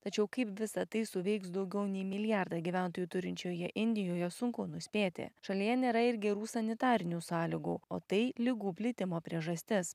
tačiau kaip visa tai suveiks daugiau nei milijardą gyventojų turinčioje indijoje sunku nuspėti šalyje nėra ir gerų sanitarinių sąlygų o tai ligų plitimo priežastis